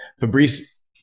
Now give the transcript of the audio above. Fabrice